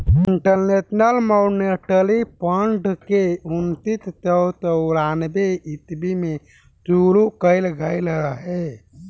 international Monetary Fund के उन्नीस सौ चौरानवे ईस्वी में शुरू कईल गईल रहे